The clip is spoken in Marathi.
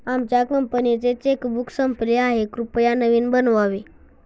आमच्या कंपनीचे चेकबुक संपले आहे, कृपया नवीन बनवावे